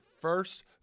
first